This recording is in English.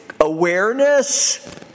awareness